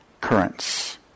currents